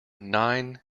nine